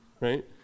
right